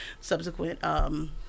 subsequent